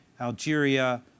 algeria